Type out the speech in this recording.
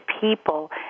people